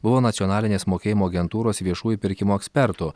buvo nacionalinės mokėjimo agentūros viešųjų pirkimų ekspertu